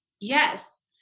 Yes